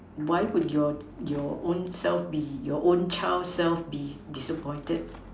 why would your your own self be your own child self be disappointed